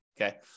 Okay